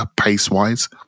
pace-wise